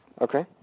Okay